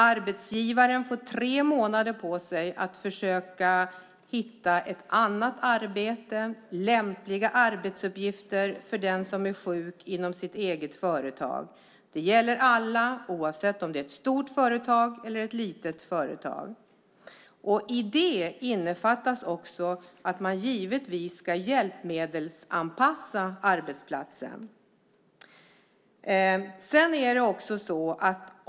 Arbetsgivaren får tre månader på sig att försöka hitta ett annat arbete eller lämpliga arbetsuppgifter inom sitt eget företag för den som är sjuk. Det gälla alla, oavsett om det är ett stort eller litet företag. I det innefattas också att man givetvis ska hjälpmedelsanpassa arbetsplatsen.